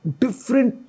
different